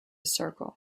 circle